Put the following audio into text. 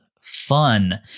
fun